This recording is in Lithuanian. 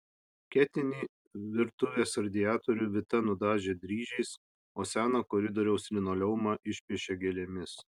ketinį virtuvės radiatorių vita nudažė dryžiais o seną koridoriaus linoleumą išpiešė gėlėmis